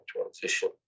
transition